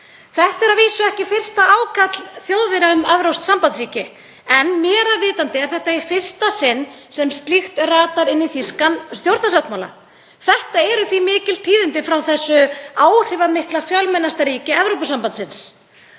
Þetta er að vísu ekki fyrsta ákall Þjóðverja um evrópskt sambandsríki en mér vitandi er þetta í fyrsta sinn sem slíkt ratar inn í þýskan stjórnarsáttmála. Þetta eru því mikil tíðindi frá þessu áhrifamikla og fjölmennasta ríki Evrópusambandsins.